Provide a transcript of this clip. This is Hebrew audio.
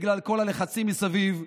בגלל כל הלחצים מסביב,